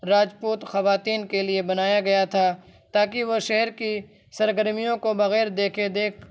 راجپوت خواتین کے لیے بنایا گیا تھا تاکہ وہ شہر کی سرگرمیوں کو بغیر دیکھے دیکھ